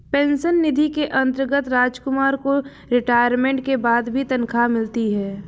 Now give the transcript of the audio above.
pension निधि के अंतर्गत रामकुमार को रिटायरमेंट के बाद भी तनख्वाह मिलती